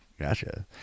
Gotcha